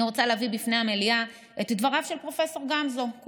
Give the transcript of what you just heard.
אני רוצה להביא בפני המליאה את דבריו של פרופ' גמזו,